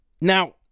Now